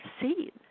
seen